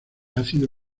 ácido